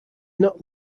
not